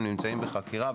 הם נמצאים בחקירה,